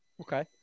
Okay